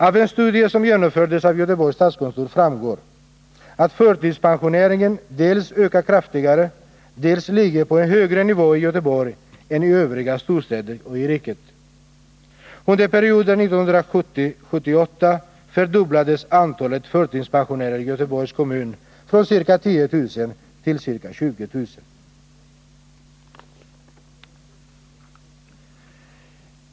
Av en studie som genomförts av Göteborgs stadskontor framgår att förtidspensioneringen dels ökat kraftigare, dels ligger på en högre nivå i Göteborg än i övriga storstäder och i riket som helhet. Under perioden 1970-1978 fördubblades antalet förtidspensionärer i Göteborgs kommun från ca 10 000 till ca 20 000.